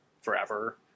forever